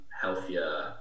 healthier